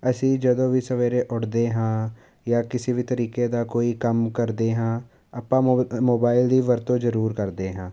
ਅਸੀਂ ਜਦੋਂ ਵੀ ਸਵੇਰੇ ਉੱਠਦੇ ਹਾਂ ਜਾਂ ਕਿਸੇ ਵੀ ਤਰੀਕੇ ਦਾ ਕੋਈ ਕੰਮ ਕਰਦੇ ਹਾਂ ਆਪਾਂ ਮ ਮੋਬਾਈਲ ਦੀ ਵਰਤੋਂ ਜ਼ਰੂਰ ਕਰਦੇ ਹਾਂ